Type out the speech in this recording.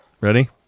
Ready